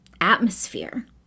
atmosphere